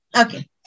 Okay